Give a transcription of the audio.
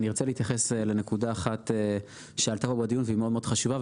ארצה להתייחס לנקודה אחת שעלתה פה בדיון והיא מאוד מאוד חשובה,